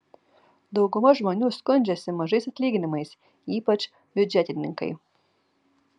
dauguma žmonių skundžiasi mažais atlyginimais ypač biudžetininkai